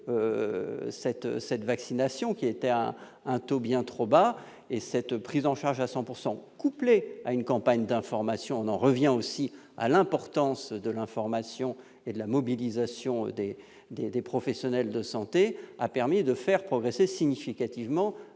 » cette vaccination, dont le taux de couverture était bien trop bas. Cette prise en charge à 100 % couplée à une campagne d'information- il faut redire l'importance de l'information et de la mobilisation des professionnels de santé -a permis de faire progresser significativement